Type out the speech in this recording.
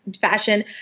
fashion